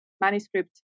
manuscript